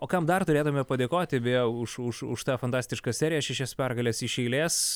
o kam dar turėtume padėkoti beje už už už tą fantastišką seriją šešias pergales iš eilės